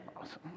Awesome